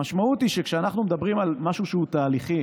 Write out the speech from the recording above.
המשמעות היא שכשאנחנו מדברים על משהו שהוא תהליכי